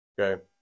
okay